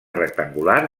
rectangular